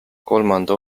kolmanda